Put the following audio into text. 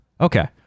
okay